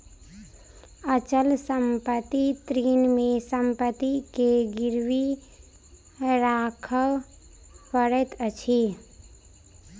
अचल संपत्ति ऋण मे संपत्ति के गिरवी राखअ पड़ैत अछि